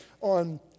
on